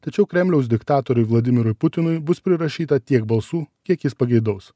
tačiau kremliaus diktatoriui vladimirui putinui bus prirašyta tiek balsų kiek jis pageidaus